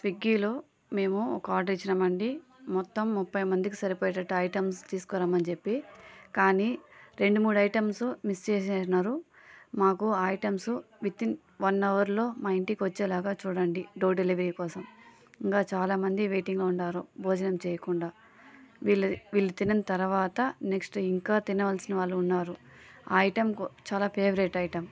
స్విగ్గిలో మేము ఒక ఆర్డర్ ఇచ్చినామండి మొత్తం ముప్పై మందికి సరిపడేట ఐటమ్స్ తీసుకోరమ్మని చెప్పి కానీ రెండు మూడు ఐటమ్స్ మిస్ చేసేసినారు మాకు ఐటమ్స్ వితిన్ వన్ అవర్లో మా ఇంటికి వచ్చేలాగా చూడండి డోర్ డెలివరీ కోసం ఇంకా చాలామంది వెయిటింగ్లో ఉన్నారు భోజనం చేయకుండా వీళ్లు వీళ్లు తినిన తర్వాత నెక్స్ట్ ఇంకా తినవలసిన వాళ్ళు ఉన్నారు ఐటెం చాలా ఫేవరెట్ ఐటమ్